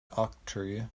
octree